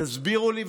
תסבירו לי,